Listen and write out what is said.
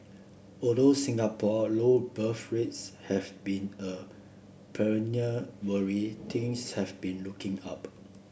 although Singapore low birth rates have been a perennial worry things have been looking up